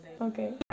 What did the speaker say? Okay